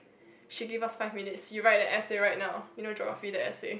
she give us five minutes you write a essay write now you know geography the essay